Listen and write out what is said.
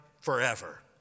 forever